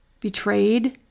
betrayed